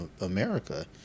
America